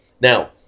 now